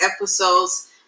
episodes